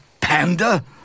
panda